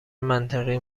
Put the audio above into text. منطقی